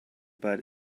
butt